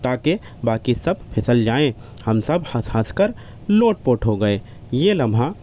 تاکہ باقی سب پھسل جائیں ہم سب ہنس ہنس کر لوٹ پوٹ ہو گئے یہ لمحہ